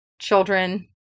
children